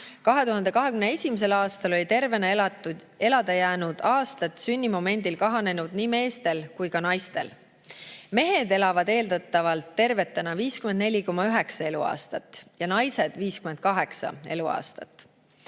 2021. aastal oli tervena elada jäänud aastate [arv] sünnimomendil kahanenud nii meestel kui ka naistel. Mehed elavad eeldatavalt tervena 54,9 eluaastat ja naised 58 eluaastat.